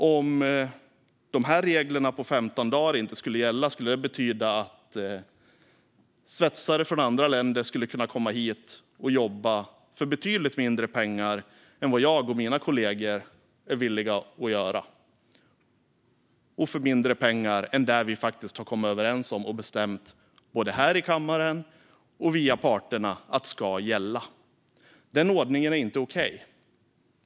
Om dessa regler om 15 dagar inte skulle gälla skulle det betyda att svetsare från andra länder skulle kunna komma hit och jobba för betydligt mindre pengar än vad jag och mina kollegor är villiga att göra och för mindre pengar än vad vi faktiskt har kommit överens om och bestämt både här i kammaren och via parterna ska gälla. Den ordningen är inte okej.